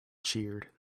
cheered